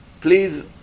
Please